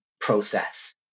process